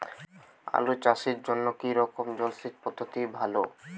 আলু চাষের জন্য কী রকম জলসেচ পদ্ধতি ভালো?